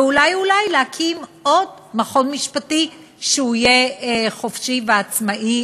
ואולי אולי להקים עוד מכון משפטי שיהיה חופשי ועצמאי.